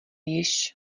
již